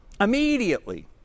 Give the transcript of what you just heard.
Immediately